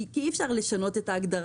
כי אי אפשר לשנות את ההגדרה,